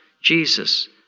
Jesus